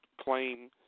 claim